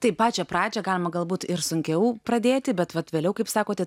taip pačią pradžią galima galbūt ir sunkiau pradėti bet vat vėliau kaip sakote